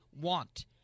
want